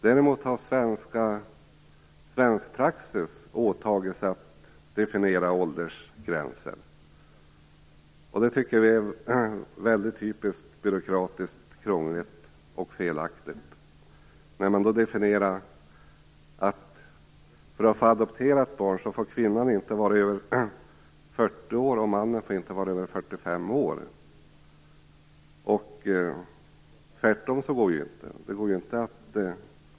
Däremot har åldersgränser definierats i svensk praxis, och det tycker vi är typiskt byråkratiskt, krångligt och felaktigt. För att få adoptera ett barn får kvinnan inte vara över 40 år och mannen inte över 45 år. Men det omvända går inte.